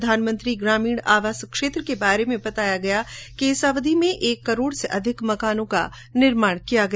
प्रधानमंत्री को ग्रामीण आवास क्षेत्र के बारे में बताया गया कि इस अवधि में एक करोड़ से अधिक मकानों का निर्माण किया गया